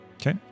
Okay